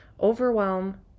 Overwhelm